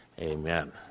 Amen